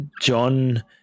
John